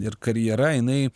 ir karjera jinai